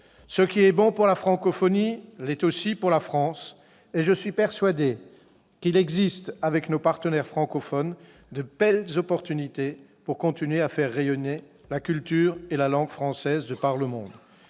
Ce qui est bon pour la francophonie l'est aussi pour la France, et je suis persuadé qu'il existe, avec nos partenaires francophones, de belles occasions à saisir pour continuer à faire rayonner la culture et la langue françaises de par le monde.